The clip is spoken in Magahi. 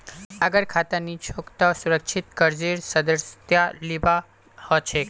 अगर खाता नी छोक त सुरक्षित कर्जेर सदस्यता लिबा हछेक